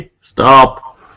Stop